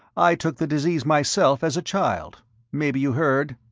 i took the disease myself as a child maybe you heard?